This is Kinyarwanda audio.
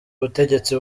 ubutegetsi